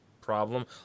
problem